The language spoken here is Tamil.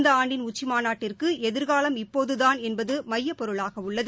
இந்தஆண்டின் உச்சிமாநாட்டிற்கு எதிர்காலம் இப்போதுதான் என்பதுமையப்பொருளாகஉள்ளது